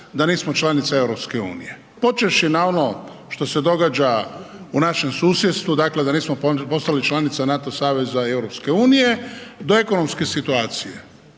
da nismo članica EU, počevši na ono što se događa u našem susjedstvu? Dakle, da nismo postali članica NATO saveza i EU do ekonomske situacije.